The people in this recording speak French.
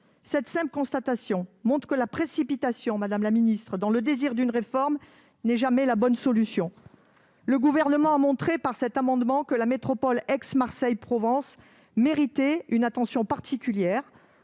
Cette simple constatation montre que la précipitation, madame la ministre, dans le désir d'une réforme n'est jamais la bonne solution. Le Gouvernement a montré par cet amendement que la métropole d'Aix-Marseille-Provence méritait une attention particulière